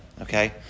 okay